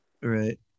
right